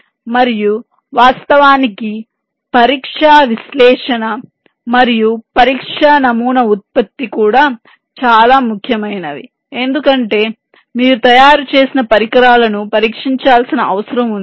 మరియు వాస్తవానికి పరీక్షా విశ్లేషణ మరియు పరీక్ష నమూనా ఉత్పత్తి కూడా చాలా ముఖ్యమైనవి ఎందుకంటే మీరు తయారు చేసిన పరికరాలను పరీక్షించాల్సిన అవసరం ఉంది